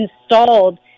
installed